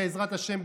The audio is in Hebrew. בעזרת השם,